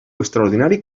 extraordinari